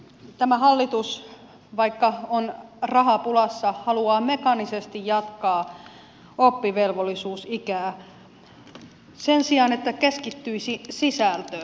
tämä hallitus vaikka on rahapulassa haluaa mekaanisesti jatkaa oppivelvollisuusikää sen sijaan että keskittyisi sisältöön